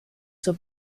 zur